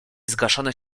zgaszone